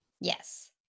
Yes